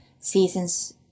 season's